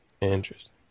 Interesting